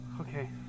Okay